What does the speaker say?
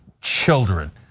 children